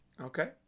Okay